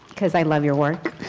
because i love your work.